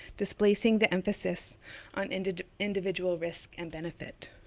displacing the emphasis on and individual risk and benefit.